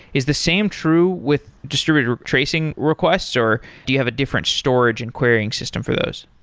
is the same true with distributed tracing requests, or do you have a different storage and querying system for those?